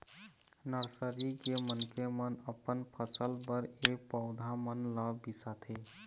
nursery के मनखे मन अपन फसल बर ए पउधा मन ल बिसाथे